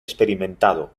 experimentado